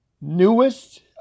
newest